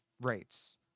rates